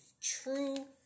true